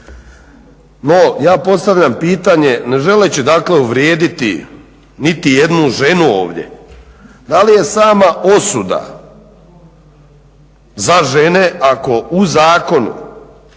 No, ja postavljam pitanje ne želeći dakle uvrijediti nitijednu ženu ovdje, da li je sama osuda za žene ako u Zakonu